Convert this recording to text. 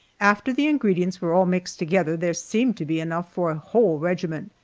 after the ingredients were all mixed together there seemed to be enough for a whole regiment,